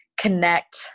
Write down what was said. connect